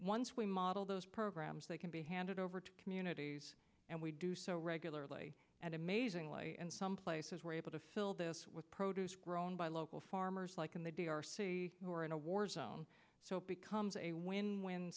once we model those programs they can be handed over to communities and we do so regularly and amazingly in some places we're able to fill this with produce grown by local farmers like in the d r see we're in a war zone so it becomes a win win